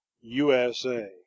USA